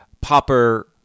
popper